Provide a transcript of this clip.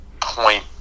point